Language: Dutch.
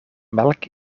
melk